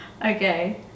okay